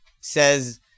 says